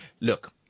look